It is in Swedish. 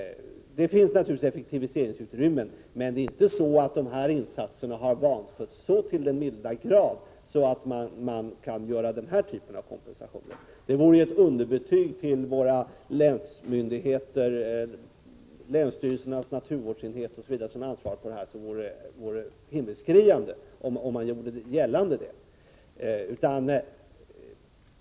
Det finns naturligtvis effektiviseringsutrymme, men det är inte så att de här insatserna har vanskötts så till den milda grad att man kan åstadkomma den typen av kompensation. Det vore ett underbetyg till våra länsmyndigheter — länsstyrelsernas naturvårdsenheter osv. — som vore himmelsskriande, om man gjorde gällande det.